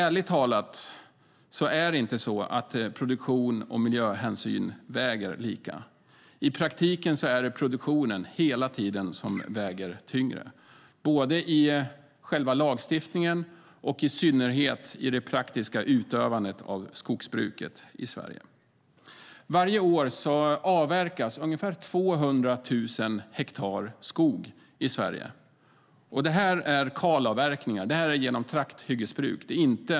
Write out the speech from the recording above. Ärligt talat är det inte så att produktion och miljöhänsyn väger lika, utan i praktiken är det hela tiden produktionen som väger tyngre både i själva lagstiftningen och - i synnerhet - i det praktiska utövandet av skogsbruket i Sverige. Varje år avverkas ungefär 200 000 hektar skog i Sverige. Det här är kalavverkningar; det är genom trakthyggesbruk.